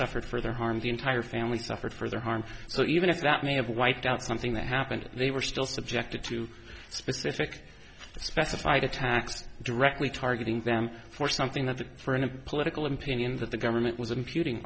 suffered further harm the entire family suffered further harm so even if that may have wiped out something that happened they were still subjected to specific specified attacks directly targeting them for something other for in a political opinion that the government was in puting